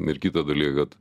ir kitą dalyką kad